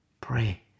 pray